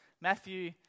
Matthew